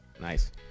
Nice